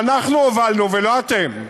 שאנחנו הובלנו ולא אתם.